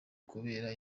kubera